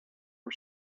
for